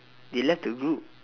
they left the group